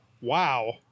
Wow